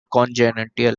congenital